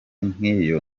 nk’iyo